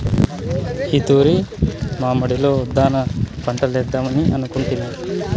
ఈ తూరి మా మడిలో ఉద్దాన పంటలేద్దామని అనుకొంటిమి